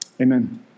Amen